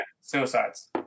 suicides